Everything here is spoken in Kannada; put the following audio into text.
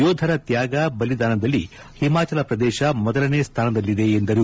ಯೋಧರ ತ್ಲಾಗ ಬಲಿದಾನದಲ್ಲಿ ಹಿಮಾಚಲ ಪ್ರದೇಶ ಮೊದಲನೇ ಸ್ವಾನದಲ್ಲಿದೆ ಎಂದರು